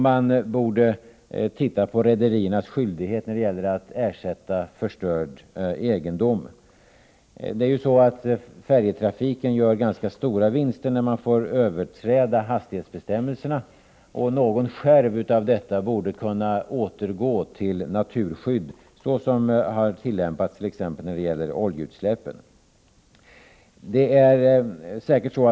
Man borde se över rederiernas skyldighet när det gäller att ersätta förstörd egendom. Färjetrafiken gör stora vinster när den får överträda hastighetsbestämmelserna. Någon skärv av detta borde kunna återgå till naturskydd, såsom tillämpats t.ex. när det gäller oljeutsläppen.